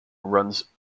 runs